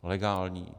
Legální.